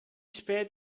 spät